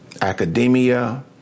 academia